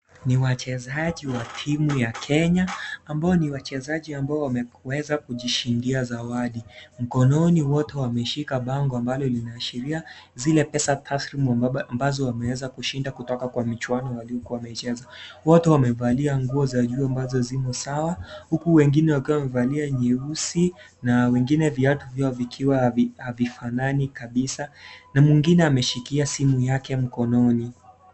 Ni wachezaji wa timu ya Kenya, ambao ni wachezaji ambao wameweza kujishindia zawadi. Mkononi wote wameshika bango ambalo linaashiria zile pesa taslimu ambazo wameweza kushinda kutoka kwa michuano waliokuwa wamecheza. Wote wamevalia nguo za juu ambazo zimo sawa, huku wengine wakiwa wamevalia nyeusi, na wengine viatu vyao vikiwa havifanani kabisa, na mwingine ameshikilia simu yake mkononi.